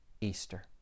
Easter